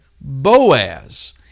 Boaz